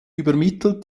übermittelt